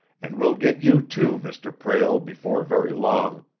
and we'll get you, too, mr. prale, before very long.